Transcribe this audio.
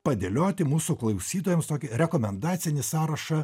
padėlioti mūsų klausytojams tokį rekomendacinį sąrašą